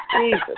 Jesus